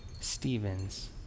Stevens